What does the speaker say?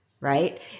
right